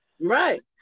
right